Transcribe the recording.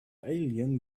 alien